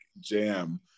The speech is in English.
jam